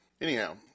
Anyhow